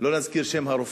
לא נזכיר את שם הרופא.